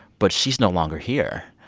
but she's no longer here.